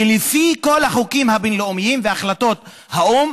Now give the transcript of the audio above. שלפי כל החוקים הבין-לאומיים והחלטות האו"ם